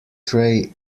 tray